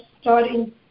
starting